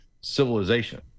civilization